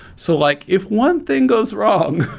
so like if one thing goes wrong,